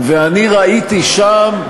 ואני ראיתי שם,